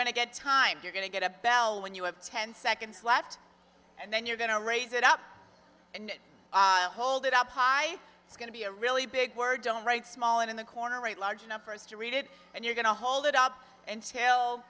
going to get time you're going to get a bell when you have ten seconds left and then you're going to raise it up hold it up high it's going to be a really big word don't write small in the corner write large enough for us to read it and you're going to hold it up until